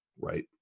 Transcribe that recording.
right